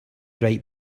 right